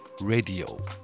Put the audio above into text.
Radio